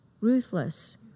ruthless